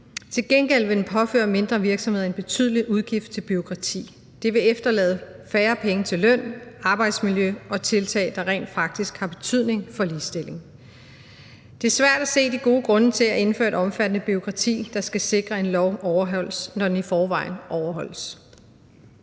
Til gengæld vil den påføre mindre virksomheder en betydelig udgift til bureaukrati. Det vil efterlade færre penge til løn, arbejdsmiljø og tiltag, der rent faktisk har betydning for ligestilling. Det er svært at se de gode grunde til at indføre et omfattende bureaukrati, der skal sikre, at en lov overholdes, når den i forvejen overholdes.